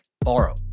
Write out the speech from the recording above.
borrow